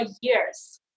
years